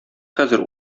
хәзер